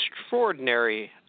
extraordinary